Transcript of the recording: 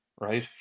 right